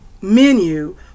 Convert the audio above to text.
menu